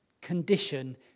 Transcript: condition